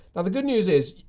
now the good news is,